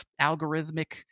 algorithmic